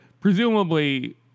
presumably